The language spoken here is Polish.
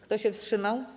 Kto się wstrzymał?